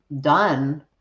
done